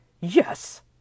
Yes